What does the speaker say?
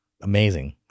amazing